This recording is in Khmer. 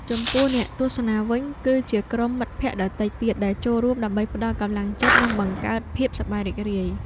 ចំពោះអ្នកទស្សនាវិញ គឺជាក្រុមមិត្តភក្តិដទៃទៀតដែលចូលរួមដើម្បីផ្ដល់កម្លាំងចិត្ត និងបង្កើតភាពសប្បាយរីករាយ។